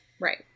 Right